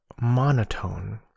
monotone